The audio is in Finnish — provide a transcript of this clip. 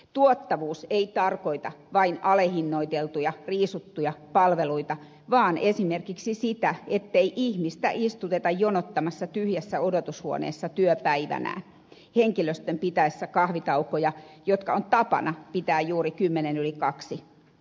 tuottavuus ei tarkoita vain alehinnoiteltuja riisuttuja palveluita vaan esimerkiksi sitä ettei ihmistä istuteta jonottamassa tyhjässä odotushuoneessa työpäivänään henkilöstön pitäessä kahvitaukoja jotka on tapana pitää juuri kymmentä yli kaksi